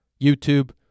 youtube